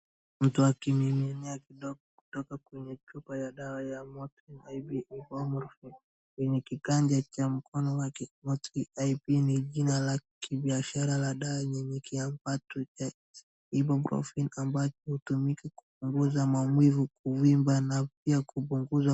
Mtu akimimina kidogo kutoka kwenye chupa ya dawa ya Motrin IB Ibuprofen kwenye kiganja cha mkono wake. Motrin IB ni jina la kibiashara la dawa nyenyekia mpato ya Ibuprofen ambacho hutumika kupunguza maumivu, kuvimba na pia kupunguza